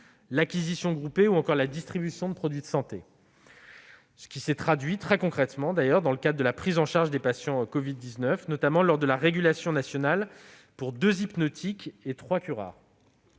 l'acquisition groupée ou la distribution de produits de santé, ce qui s'est traduit très concrètement dans le cadre de la prise en charge des patients covid-19, notamment lors de la régulation nationale pour deux hypnotiques et trois curares.